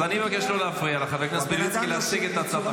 אז אני מבקש לא להפריע לחבר הכנסת מלביצקי להציג את הצעת החוק.